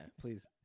please